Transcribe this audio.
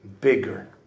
bigger